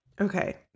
Okay